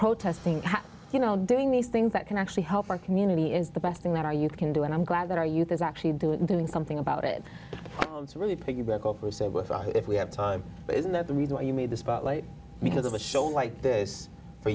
protesting you know doing these things that can actually help our community is the best thing that our you can do and i'm glad that our youth is actually doing doing something about it if we have time isn't that the reason why you made the spotlight because of a show like this for